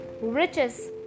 riches